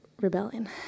rebellion